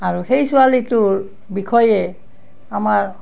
আৰু সেই ছোৱালীটোৰ বিষয়ে আমাৰ